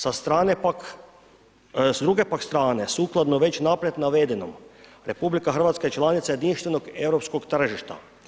Sa strane pak, s druge pak strane, sukladno već naprijed navedenom, RH je članica jedinstvenog europskog tržišta.